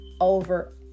over